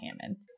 Hammond